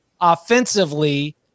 offensively